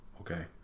Okay